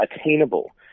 attainable